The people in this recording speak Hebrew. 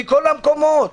מכל המקומות,